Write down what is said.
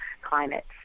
climates